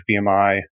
BMI